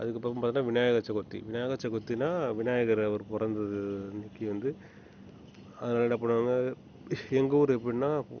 அதுக்கப்பறம்னு பார்த்தா விநாயகர் சதூர்த்தி விநாயகர் சதூர்த்தின்னா விநாயகரை அவர் பிறந்தது அன்னிக்கு வந்து அதனால் என்ன பண்ணுவாங்க எங்கள் ஊர் எப்பிட்டினா